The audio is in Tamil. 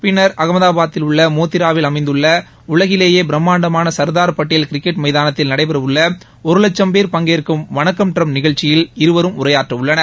பின்னர் அகமதாபாத்தில் உள்ள மோத்திராவில் அமைந்துள்ள உலகிலேயே பிரம்மாண்டமான சர்தார் பட்டேல் கிரிக்கெட் மைதானத்தில் நடைபெற உள்ள ஒரு வட்சும் பேர் பங்கேற்கும் வணக்கம் ட்ரம்ப் நிகழ்ச்சியில் இருவரும் உரையாற்ற உள்ளனர்